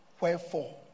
Wherefore